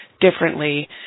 differently